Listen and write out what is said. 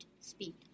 speed